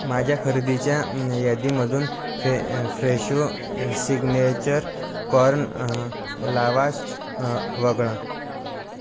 माझ्या खरेदीच्या यादीमधून फे फ्रेशो सिग्नेचर कॉर्न लावाश वगळा